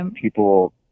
People